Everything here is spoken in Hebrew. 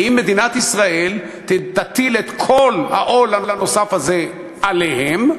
האם מדינת ישראל תטיל את כל העול הנוסף הזה עליהם,